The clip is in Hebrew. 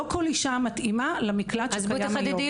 לא כל אישה מתאימה למקלט שקיים היום.